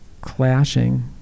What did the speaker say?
clashing